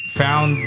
found